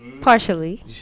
Partially